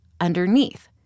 underneath